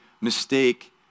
mistake